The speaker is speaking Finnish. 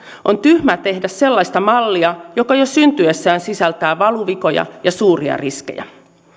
on tyhmää tehdä sellaista mallia joka jo syntyessään sisältää valuvikoja ja suuria riskejä